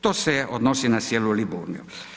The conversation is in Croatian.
To se odnosi na cijelu Liburniju.